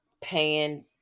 paying